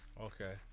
Okay